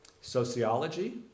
Sociology